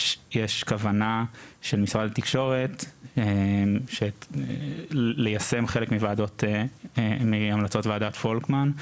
יש כוונה של משרד התקשורת ליישם חלק מהמלצות 'ועדת פולקמן'